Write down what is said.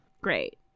great